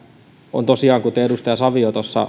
tosiaan kuten edustaja savio